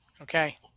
Okay